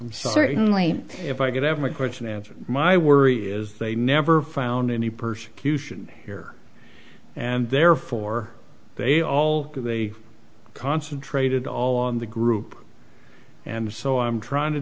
d certainly if i could have my question answered my worry is they never found any persecution here and therefore they all they concentrated all on the group and so i'm trying to